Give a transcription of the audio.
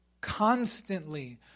constantly